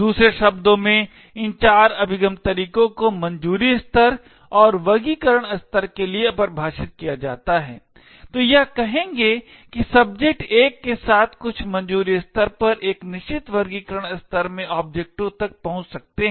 दूसरे शब्दों में इन चार अभिगम तरीकों को मंजूरी स्तर और वर्गीकरण स्तर के लिए परिभाषित किया जाता है तो यह कहेंगे कि सब्जेक्ट एक के साथ कुछ मंजूरी स्तर पर एक निश्चित वर्गीकरण स्तर में ओब्जेक्टों तक पहुंच सकते हैं